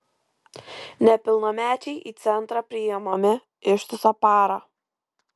nepilnamečiai į centrą priimami ištisą parą